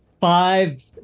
five